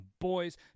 boys